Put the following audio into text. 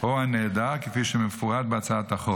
או הנעדר, כפי שמפורט בהצעת החוק.